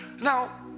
Now